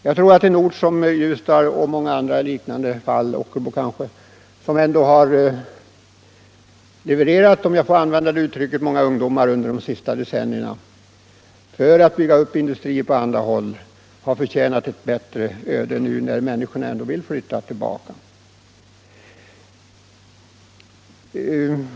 Jag tror att Ljusdal och andra orter i en liknande situation, som ändå har levererat — om jag får använda det uttrycket — många ungdomar under de senaste decennierna för att bygga upp industrier på olika håll, har förtjänat ett bättre öde nu när människorna ändå vill flytta tillbaka.